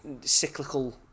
Cyclical